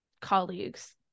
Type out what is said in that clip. colleagues